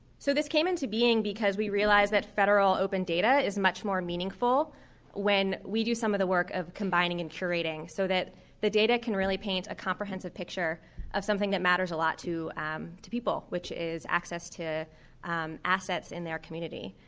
so this came into being because we realized that federal open data is much more meaningful when we do some of the work of combining and curating so that the data can really paint a comprehensive picture of something that matters a lot to um to people which is access to assets in their community.